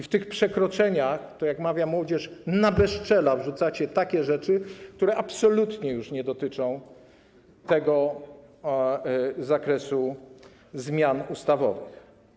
W tych przekroczeniach, jak mawia młodzież, na bezczela wrzucacie rzeczy, które absolutnie nie dotyczą tego zakresu zmian ustawowych.